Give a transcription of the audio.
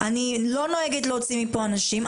לא נוהגת להוציא מפה אנשים.